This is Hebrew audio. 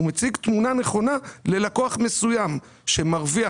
הוא מציג תמונה נכונה ללקוח מסוים שמרוויח